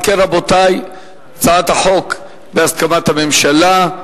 אם כך, רבותי, הצעת החוק היא בהסכמת הממשלה.